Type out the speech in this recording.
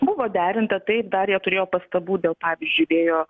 buvo derinta taip dar jie turėjo pastabų dėl pavyzdžiui vėjo